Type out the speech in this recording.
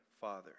Father